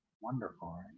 wonderful